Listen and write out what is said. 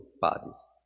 bodies